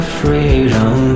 freedom